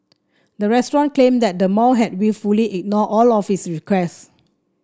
the restaurant claimed that the mall had wilfully ignored all of its requests